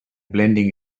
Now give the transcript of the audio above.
blending